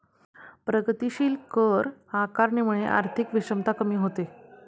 प्रगतीशील कर आकारणीमुळे आर्थिक विषमता कमी होते